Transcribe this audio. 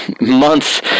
months